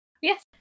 yes